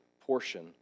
portion